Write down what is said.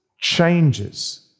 changes